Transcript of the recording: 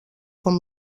com